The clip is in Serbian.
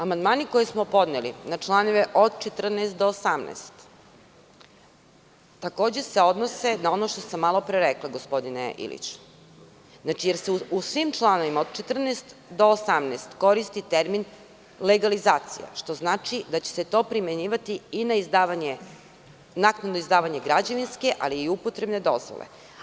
Amandmani koje smo podneli na članove od 14. do 18. takođe se odnose na ono što sam malopre rekla, gospodine Iliću, jer se u svim članovima od 14. do 18 koristi termin „legalizacija“, što znači da će se to primenjivati i na naknadno izdavanje građevinske, ali i upotrebne dozvole.